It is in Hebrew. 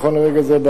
נכון לרגע זה,